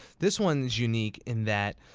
this one's unique in that,